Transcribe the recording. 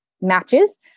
matches